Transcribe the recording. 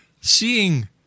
seeing